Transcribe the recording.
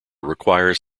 requires